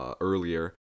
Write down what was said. earlier